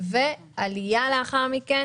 ועלייה לאחר מכן,